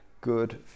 Good